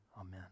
Amen